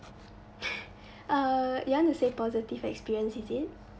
uh you want to say positive experience is it